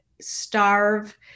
starve